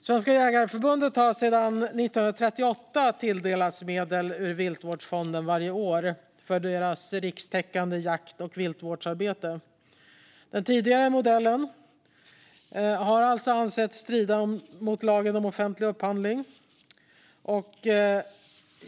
Svenska Jägareförbundet har sedan 1938 varje år tilldelats medel ur Viltvårdsfonden för sitt rikstäckande jakt och viltvårdsarbete. Men den tidigare modellen har alltså ansetts strida mot lagen om offentlig upphandling.